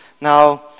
Now